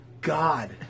God